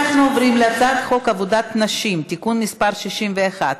אנחנו עוברים להצעת חוק עבודת נשים (תיקון מס' 61)